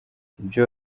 ibyo